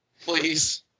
Please